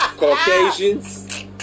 Caucasians